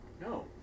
No